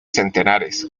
centenares